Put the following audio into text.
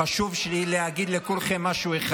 חשוב לי להגיד לכולכם משהו אחד,